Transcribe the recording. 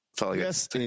Yes